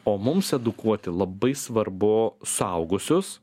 o mums edukuoti labai svarbu suaugusius